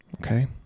Okay